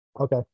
Okay